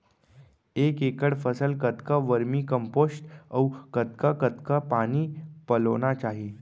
एक एकड़ फसल कतका वर्मीकम्पोस्ट अऊ कतका कतका पानी पलोना चाही?